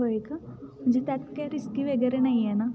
होय का म्हणजे त्यात काय रिस्की वगैरे नाही आहे ना